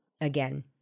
again